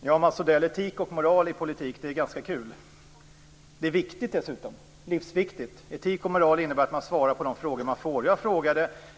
Fru talman! Etik och moral i politik är ganska kul, Mats Odell. Dessutom är det livsviktigt. Etik och moral innebär att man svarar på de frågor man får.